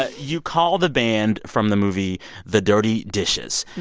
ah you call the band from the movie the dirty dishes.